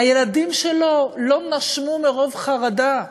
הילדים שלו לא נשמו, מרוב חרדה,